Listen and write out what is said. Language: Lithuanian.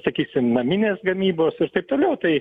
sakysim naminės gamybos ir taip toliau tai